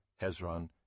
Hezron